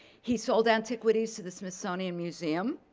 he sold antiquities to the smithsonian museum.